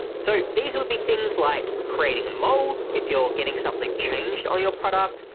so these would be things like creating a mode, if you're getting something changed on your product,